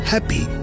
Happy